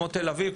כמו תל אביב,